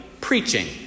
preaching